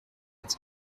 its